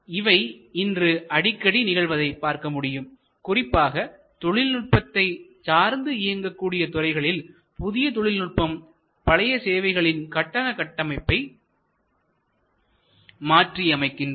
இவை இன்று அடிக்கடி நிகழ்வதை பார்க்க முடியும் குறிப்பாக தொழில்நுட்பத்தை சார்ந்து இயங்கக்கூடிய துறைகளில் புதிய தொழில்நுட்பம் பழைய சேவைகளின் கட்டண கட்டமைப்பை மாற்றியமைக்கின்றன